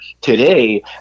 today